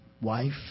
wife